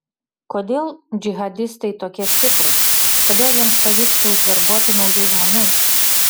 kodėl džihadistai tokie stiprūs kodėl jiems pavyksta užverbuoti naujų žmonių